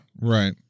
Right